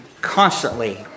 constantly